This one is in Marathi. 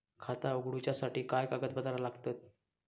खाता उगडूच्यासाठी काय कागदपत्रा लागतत?